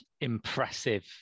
impressive